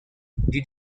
did